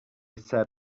set